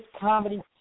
comedy